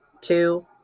two